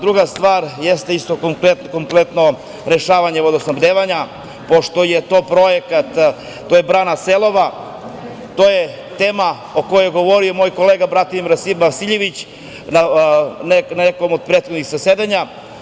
Druga stvar, to je rešavanje vodosnabdevanja, pošto je to projekat, brane „Selova“, to je tema o kojoj je govorio moj kolega Bratimir Vasiljević, na nekom od prethodnih zasedanja.